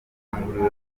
bakanguriwe